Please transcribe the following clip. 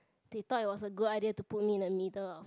they thought it was a good idea to put me in the middle of